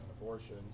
abortion